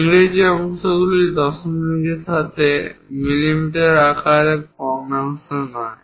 ইংরেজি অংশগুলি দশমিকের সাথে মিমি আকারে ভগ্নাংশ নয়